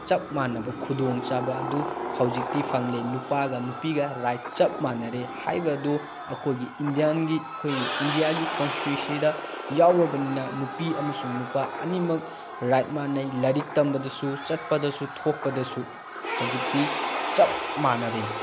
ꯆꯞ ꯃꯥꯟꯅꯕ ꯈꯨꯗꯣꯡꯆꯥꯕ ꯑꯗꯨ ꯍꯧꯖꯤꯛꯇꯤ ꯐꯪꯂꯦ ꯅꯨꯄꯥꯒ ꯅꯨꯄꯤꯒ ꯔꯥꯏꯠ ꯆꯞ ꯃꯥꯟꯅꯔꯦ ꯍꯥꯏꯕ ꯑꯗꯣ ꯑꯩꯈꯣꯏꯒꯤ ꯏꯟꯗꯤꯌꯥꯟꯒꯤ ꯑꯩꯈꯣꯏ ꯏꯟꯗꯤꯌꯥꯒꯤ ꯀꯣꯟꯁꯇꯤꯇ꯭ꯌꯨꯁꯟꯗ ꯌꯥꯎꯔꯕꯅꯤꯅ ꯅꯨꯄꯤ ꯑꯃꯁꯨꯡ ꯅꯨꯄꯥ ꯑꯅꯤꯃꯛ ꯔꯥꯏꯠ ꯃꯥꯟꯅꯩ ꯂꯥꯏꯔꯤꯛ ꯇꯝꯕꯗꯁꯨ ꯆꯠꯄꯗꯁꯨ ꯊꯣꯛꯄꯗꯁꯨ ꯍꯧꯖꯤꯛꯇꯤ ꯆꯞ ꯃꯥꯟꯅꯔꯦ